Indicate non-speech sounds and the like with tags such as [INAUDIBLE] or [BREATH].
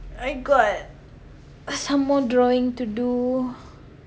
I got [BREATH] somemore drawing to do